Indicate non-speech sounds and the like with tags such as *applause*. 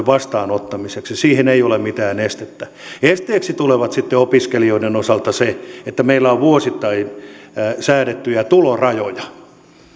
*unintelligible* vastaanottamiseksi ei ole mitään estettä esteeksi tulee sitten opiskelijoiden osalta se että meillä on vuosittain säädettyjä tulorajoja